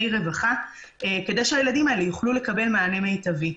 רווחה כדי שהילדים האלה יוכלו לקבל מענה מיטבי.